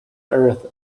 earth